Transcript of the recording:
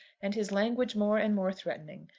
and his language more and more threatening.